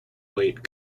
white